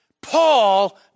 Paul